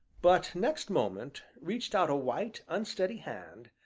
but next moment reached out a white, unsteady hand,